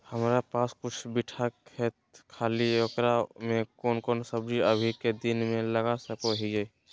हमारा पास कुछ बिठा खेत खाली है ओकरा में कौन कौन सब्जी अभी के दिन में लगा सको हियय?